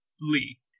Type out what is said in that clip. Lee